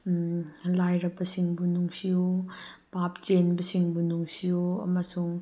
ꯂꯥꯏꯔꯕꯁꯤꯡꯕꯨ ꯅꯨꯡꯁꯤꯌꯨ ꯄꯥꯞ ꯆꯦꯟꯕꯁꯤꯡꯕꯨ ꯅꯨꯡꯁꯤꯌꯨ ꯑꯃꯁꯨꯡ